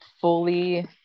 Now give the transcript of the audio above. fully